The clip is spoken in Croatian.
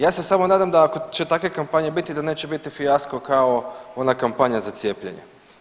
Ja se samo nadam da ako će takve kampanje biti, da neće biti fijasko kao ona kampanja za cijepljenje.